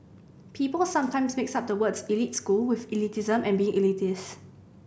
people sometimes mix up the words' elite school with elitism and being elitist